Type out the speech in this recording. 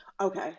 Okay